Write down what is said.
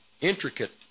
intricate